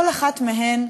כל אחת מהן,